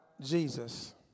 Jesus